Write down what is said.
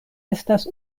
estas